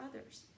others